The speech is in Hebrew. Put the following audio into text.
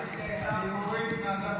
נעשה עבודה טובה.